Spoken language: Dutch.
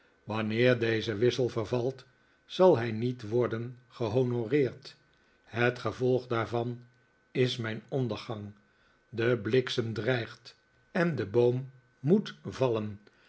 wanneer deze wissel vervalt zal hij niet worden gehonoreerd het gevolg daarvan is mijn ondergang de bliksem dreigt en de boom moet vallen